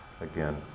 Again